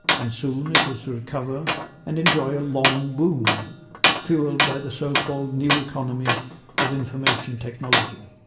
and soon it was to recover and enjoy a long boom fuelled by the so-called new economy of information technology.